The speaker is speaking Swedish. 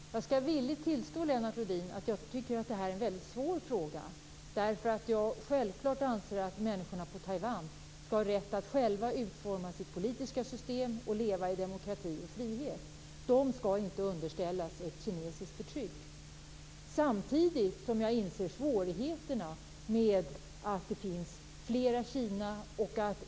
Herr talman! Jag skall villigt tillstå att jag tycker att detta är en väldigt svår fråga, Lennart Rohdin. Självfallet anser jag att människorna i Taiwan skall ha rätt att själva utforma sitt politiska system och leva i demokrati och frihet. De skall inte underställas ett kinesiskt förtryck. Samtidigt inser jag svårigheterna med att det finns flera Kina.